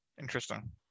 Interesting